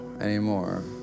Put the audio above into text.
anymore